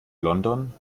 london